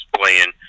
playing